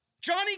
Johnny